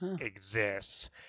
exists